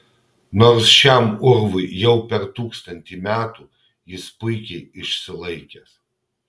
nors šiam urvui jau per tūkstantį metų jis puikiai išsilaikęs